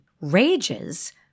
Rages